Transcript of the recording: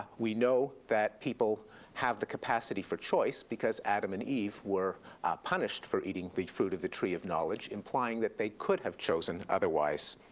we know that people have the capacity for choice because adam and eve were punished for eating the fruit of the tree of knowledge implying that they could have chosen otherwise.